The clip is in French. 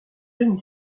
demi